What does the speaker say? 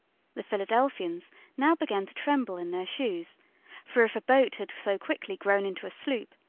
the philadelphians now began to tremble in their shoes for if a boat had so quickly grown into a sloop,